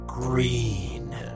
Green